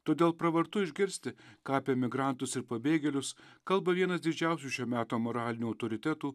todėl pravartu išgirsti ką apie migrantus ir pabėgėlius kalba vienas didžiausių šio meto moralinių autoritetų